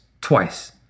twice